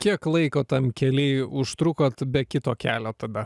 kiek laiko tam kely užtrukot be kito kelio tada